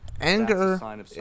Anger